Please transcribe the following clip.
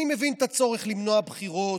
אני מבין את הצורך למנוע בחירות,